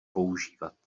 používat